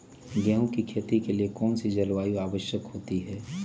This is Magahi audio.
गेंहू की खेती के लिए कौन सी जलवायु की आवश्यकता होती है?